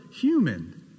human